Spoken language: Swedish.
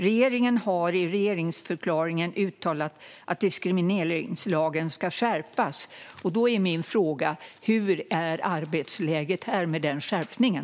Regeringen har i regeringsförklaringen uttalat att diskrimineringslagen ska skärpas." Min fråga blir då: Hur ser arbetsläget ut med den skärpningen?